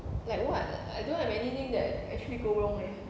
like what I don't have anything that actually go wrong leh